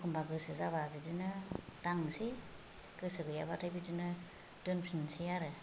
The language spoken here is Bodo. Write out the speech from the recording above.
एखम्बा गोसो जाबा बिदिनो दांनोसै गोसो गैयाबाथाय बिदिनो दोनफिननोसै आरो